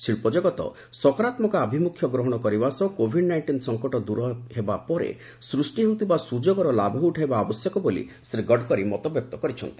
ଶିଳ୍ପ ଜଗତ ସକରାତ୍ମକ ଆଭିମୁଖ୍ୟ ଗ୍ରହଣ କରିବା ସହ କୋଭିଡ୍ ନାଇଷ୍ଟିନ୍ ସଫକଟ ଦୂର ହେବା ପରେ ସୃଷ୍ଟି ହେଉଥିବା ସ୍କଯୋଗର ଲାଭ ଉଠାଇବା ଆବଶ୍ୟକ ବୋଲି ଶ୍ରୀ ଗଡ଼କରୀ ମତବ୍ୟକ୍ତ କରିଛନ୍ତି